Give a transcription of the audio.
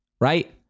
right